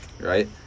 right